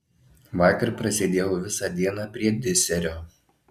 vakar prasėdėjau visą dieną prie diserio